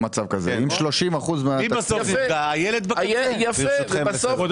אם 30 אחוזים מהקציב עובר לרואה